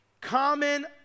common